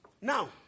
Now